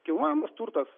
kilnojamas turtas